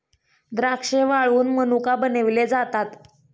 द्राक्षे वाळवुन मनुका बनविले जातात